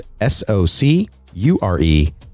S-O-C-U-R-E